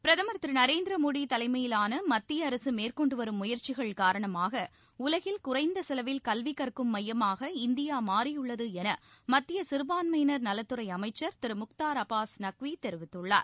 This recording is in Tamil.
பிரதுர் திரு நரேந்திர மோடி தலைமையிலான மத்திய அரசு மேற்கொண்டு வரும் முயற்சிகள் காரணமாக உலகில் குறைந்தசெலவில் கல்வி கற்கும் மையமாக இந்தியா மாறியுள்ளது என மத்திய சிறுபான்மையினர் நலத்துறை அமைச்சர் திரு முக்தார் அப்பாஸ் நக்வி தெரிவித்துள்ளார்